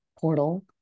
portal